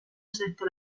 excepto